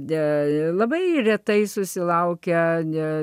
deja labai retai susilaukia ne